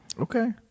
Okay